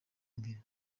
imbere